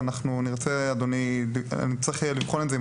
אנחנו אומרים כבר עכשיו אני צריך לבחון את זה עם